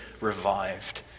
revived